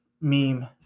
meme